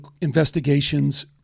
investigations